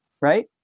right